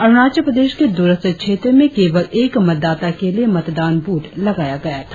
अरुणाचल प्रदेश के द्ररस्त क्षेत्र में केवल एक मतदाता के लिए मतदान व्रथ लगाया गया था